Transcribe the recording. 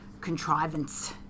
contrivance